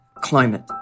climate